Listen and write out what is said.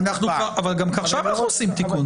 גם עכשיו אנחנו עושים תיקון.